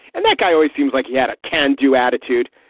and that guy always seems like he had a can do attitude.